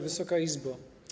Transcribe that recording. Wysoka Izbo!